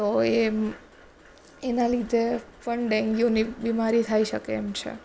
તો એ એના લીધે પણ ડેન્ગ્યુની બીમારી થઈ શકે એમ છે